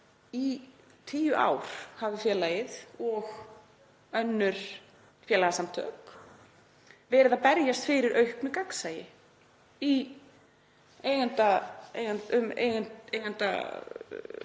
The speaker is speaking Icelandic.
í tíu ár hafi félagið og önnur félagasamtök verið að berjast fyrir auknu gagnsæi í eigendaskipan,